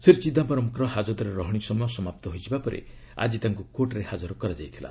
ଶ୍ରୀ ଚିଦାମ୍ଘରମ୍ଙ୍କର ହାଜତରେ ରହଣି ସମୟ ସମାପ୍ତ ହୋଇଯିବା ପରେ ଆକି ତାଙ୍କୁ କୋର୍ଟରେ ହାଜର କରାଯାଇଥିଲା